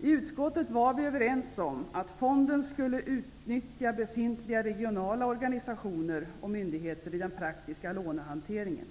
I utskottet var vi överens om att fonden skulle utnyttja befintliga regionala organisationer och myndigheter vid den praktiska lånehanteringen.